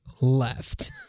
left